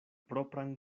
propran